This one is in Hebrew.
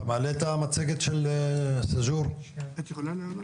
תכנית המתאר של סאג'ור, אפשר לראות